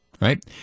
right